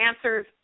answers